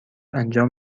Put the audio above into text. انجام